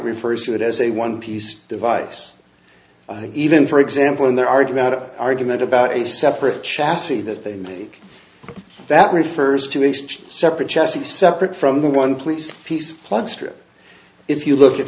refers to it as a one piece device even for example in their argument of argument about a separate chassis that they make that refers to a separate chassis separate from the one please piece plug strip if you look at